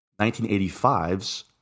1985's